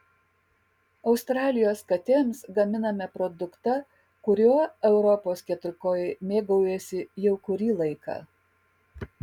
australijos katėms gaminame produktą kuriuo europos keturkojai mėgaujasi jau kurį laiką